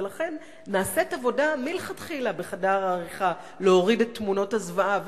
ולכן נעשית עבודה מלכתחילה בחדר העריכה להוריד את תמונות הזוועה,